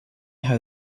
how